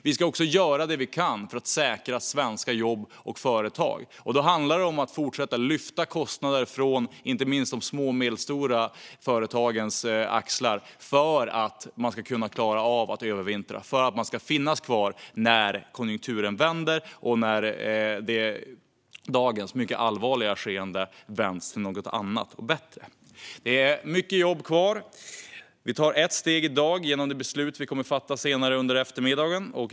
Vi ska också göra det vi kan för att säkra svenska jobb och företag. Då handlar det om att fortsätta lyfta kostnader från inte minst de små och medelstora företagens axlar för att de ska kunna klara av att övervintra och för att de ska finnas kvar när konjunkturen vänder och när dagens mycket allvarliga skeende vänds till något annat och bättre. Det är mycket jobb kvar. Vi tar ett steg i dag genom det beslut som vi kommer att fatta senare under eftermiddagen.